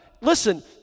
Listen